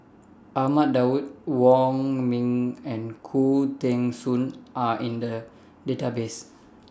Ahmad Daud Wong Ming and Khoo Teng Soon Are in The Database